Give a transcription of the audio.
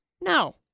No